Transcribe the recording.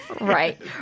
Right